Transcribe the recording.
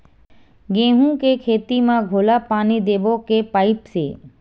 गेहूं के खेती म घोला पानी देबो के पाइप से?